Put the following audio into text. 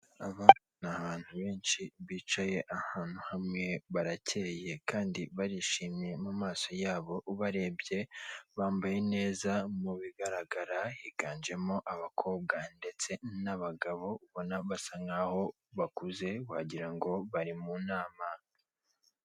Aba ni abantu benshi bicaye ahantu hamwe barakeye kandi barishimye mu maso yabo ubarebye, bambaye neza mu bigaragara higanjemo abakobwa ndetse n'abagabo ubona basa nk'aho bakuze wagira ngo bari mu nama.